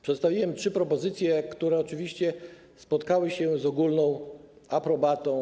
Przedstawiłem trzy propozycje, które oczywiście spotkały się z ogólną aprobatą.